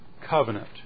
covenant